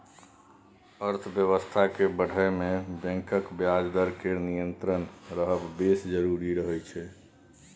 अर्थबेबस्था केँ बढ़य मे बैंकक ब्याज दर केर नियंत्रित रहब बेस जरुरी रहय छै